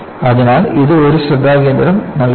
അതിനാൽ ഇത് ഒരു ശ്രദ്ധാകേന്ദ്രം നൽകുന്നു